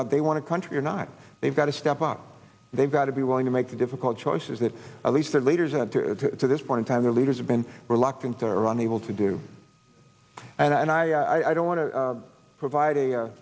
not they want to country or not they've got to step up they've got to be willing to make the difficult choices that at least their leaders and to this point in time their leaders have been reluctant around able to do and i i don't want to provide